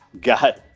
got